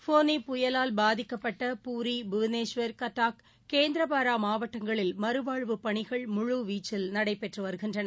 ஃபோனி புயலால் பாதிக்கப்பட்ட பூரி புவனேஸ்வர் கட்டாக் கேந்திரபாரா மாவட்டங்களில் மறுவாழ்வுப் பணிகள் முழுவீச்சில் நடைபெற்று வருகின்றன